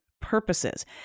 purposes